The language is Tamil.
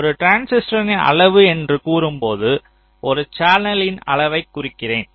ஒரு டிரான்சிஸ்டரின் அளவு என்று கூறும்போது ஒரு சேனலின் அளவைக் குறிக்கிறேன்